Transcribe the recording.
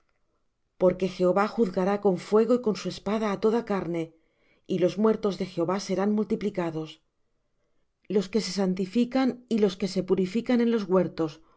porque jehová juzgará con fuego y con su espada á toda carne y los muertos de jehová serán multiplicados los que se santifican y los que se purifican en los huertos